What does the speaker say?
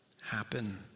happen